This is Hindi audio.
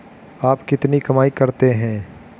आप कितनी कमाई करते हैं?